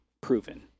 proven